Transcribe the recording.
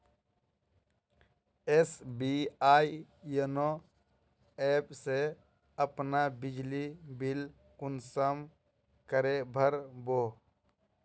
SBI YONO app से अपना बिजली बिल कुंसम करे भर बो?